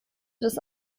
des